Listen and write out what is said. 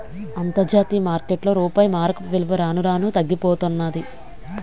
అంతర్జాతీయ మార్కెట్లో రూపాయి మారకపు విలువ రాను రానూ తగ్గిపోతన్నాది